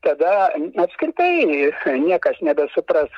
tada apskritai niekas nebesupras